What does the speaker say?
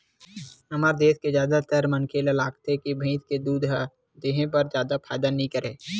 हमर देस के जादातर मनखे ल लागथे के भइस के दूद ह देहे बर जादा फायदा नइ करय